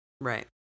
Right